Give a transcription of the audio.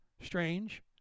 Strange